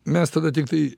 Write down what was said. mes tada tiktai